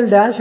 చేసేసాము